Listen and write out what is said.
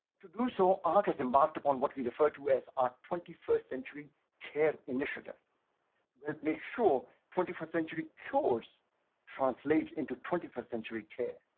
to do so, archives embarked upon what we refer to as our twenty first century care initiative that make sure twenty first century cures translate into twenty first century care.